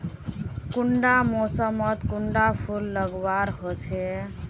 कुंडा मोसमोत कुंडा फुल लगवार होछै?